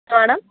madam